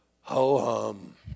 ho-hum